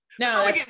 No